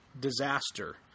disaster